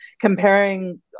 comparing